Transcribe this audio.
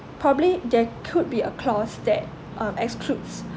probably there could be a clause that uh excludes